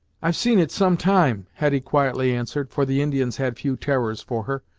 i've seen it some time, hetty quietly answered, for the indians had few terrors for her,